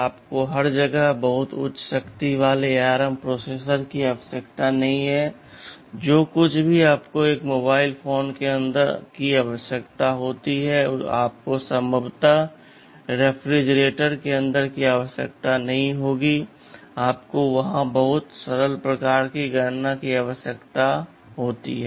आपको हर जगह बहुत उच्च शक्ति वाले ARM प्रोसेसर की आवश्यकता नहीं है जो कुछ भी आपको एक मोबाइल फोन के अंदर की आवश्यकता होती है आपको संभवतः रेफ्रिजरेटर के अंदर की आवश्यकता नहीं होगी आपको वहां बहुत सरल प्रकार की गणना की आवश्यकता होती है